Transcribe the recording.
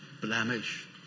blemish